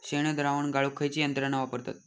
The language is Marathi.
शेणद्रावण गाळूक खयची यंत्रणा वापरतत?